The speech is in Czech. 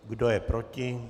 Kdo je proti?